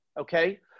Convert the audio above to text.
okay